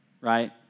right